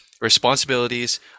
responsibilities